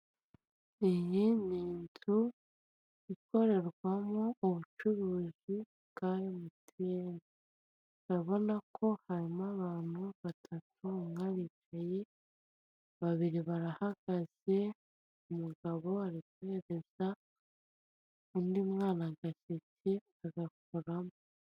Iyi n'inzu ikorerwamo ubucuruzi bwa mtn, urabonako harimo abantu batatu, umwe aricaye, babiri barahagaze. Umugabo ari guhereza undi mwana agaseke, agakoramo.